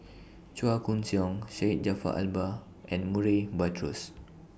Chua Koon Siong Syed Jaafar Albar and Murray Buttrose